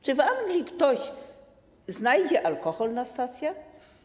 Czy w Anglii ktoś znajdzie alkohol na stacjach?